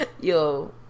Yo